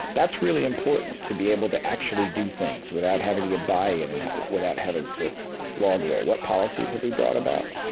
that's really important, to be able to actually do things without having to get buy in, and without having to log roll. what policies have we brought about?